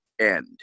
end